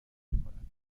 میکند